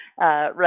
right